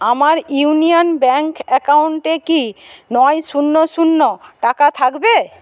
আমার Union Bank অ্যাকাউন্টে কি নয় শূন্য শূন্য টাকা থাকবে